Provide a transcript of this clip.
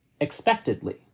expectedly